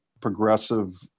progressive